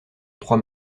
trois